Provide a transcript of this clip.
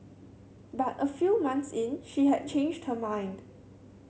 but a few months in she had changed her mind